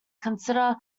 consider